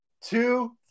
two